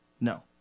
No